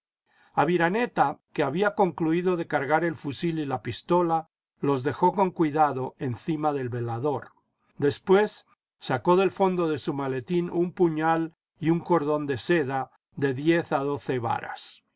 aviraneta que había concluido de cargar el fusil y la pistola los dejó con cuidado encima del velador después sacó del fondo de su maletín un puñal y un cordón de seda de diez a doce varas